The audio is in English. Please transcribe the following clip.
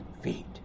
feet